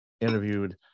interviewed